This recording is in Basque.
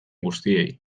guztiei